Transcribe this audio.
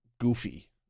goofy